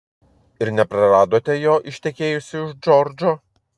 ir nepraradote jo ištekėjusi už džordžo